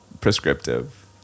prescriptive